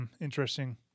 interesting